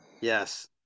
Yes